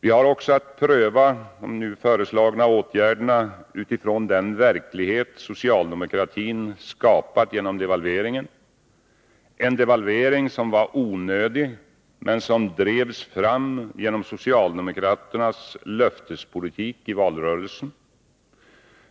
Vi har också att pröva de nu föreslagna åtgärderna utifrån den verklighet som socialdemokratin skapat genom devalveringen — en devalvering som var onödig men som drevs fram genom socialdemokraternas löftespolitik i valrörelsen.